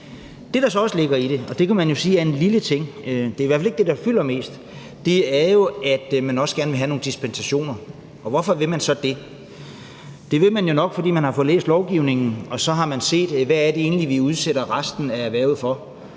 Det, der så også ligger i det – og det kan man jo sige er en lille ting; det er i hvert fald ikke det, der fylder mest – er jo, at man gerne vil have nogle dispensationer. Og hvorfor vil man så det? Det vil man jo nok, fordi man har fået læst lovgivningen, og så har man set, hvad det egentlig er, vi udsætter resten af erhvervet for.